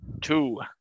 two